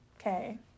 Okay